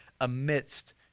amidst